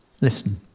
listen